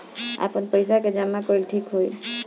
आपन पईसा के जमा कईल ठीक होई?